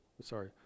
Sorry